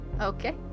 Okay